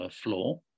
floor